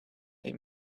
they